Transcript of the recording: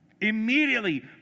immediately